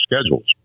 schedules